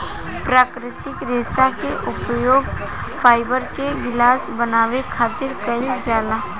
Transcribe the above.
प्राकृतिक रेशा के उपयोग फाइबर के गिलास बनावे खातिर कईल जाला